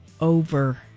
Over